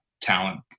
talent